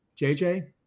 JJ